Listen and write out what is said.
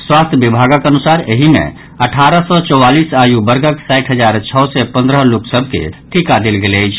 स्वास्थ्य विभागक अनुसार एहि मे अठाहर सँ चौवालीस आयु वर्गक साठि हजार छओ सय पन्द्रह लोक सभ के टीका देल गेल अछि